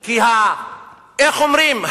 כי איך אומרים?